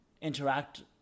interact